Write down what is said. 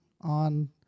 on